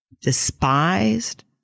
despised